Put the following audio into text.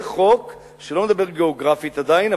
זה חוק שלא מדבר גיאוגרפית עדיין,